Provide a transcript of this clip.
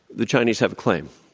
the chinese have a claim.